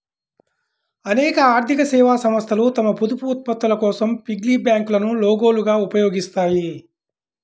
అనేక ఆర్థిక సేవా సంస్థలు తమ పొదుపు ఉత్పత్తుల కోసం పిగ్గీ బ్యాంకులను లోగోలుగా ఉపయోగిస్తాయి